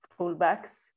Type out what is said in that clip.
fullbacks